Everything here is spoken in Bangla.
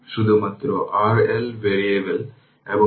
সুতরাং এই প্লটটি ইউনিট স্টেপফাংশন দেখাবে